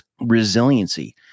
resiliency